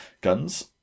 guns